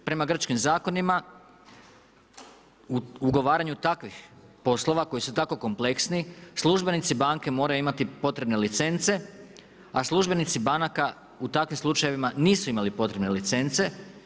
Prema grčkim zakonima ugovaranju takvih poslova koji su tako kompleksni službenici banke moraju imati potrebne licence, a službenici banaka u takvim slučajevima nisu imali potrebne licence.